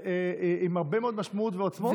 עם הרבה מאוד משמעות ועוצמות, גם ברוגע.